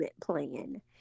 plan